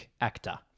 actor